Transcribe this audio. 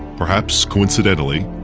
perhaps coincidentally,